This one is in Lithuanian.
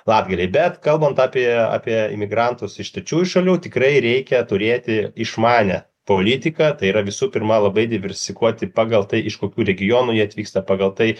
latgalėj bet kalbant apie apie imigrantus iš trečiųjų šalių tikrai reikia turėti ir išmanią politiką tai yra visų pirma labai diversifikuoti pagal tai iš kokių regionų jie atvyksta pagal tai